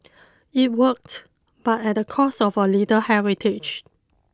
it worked but at the cost of a little heritage